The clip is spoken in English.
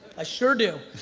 i sure do.